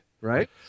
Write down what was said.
Right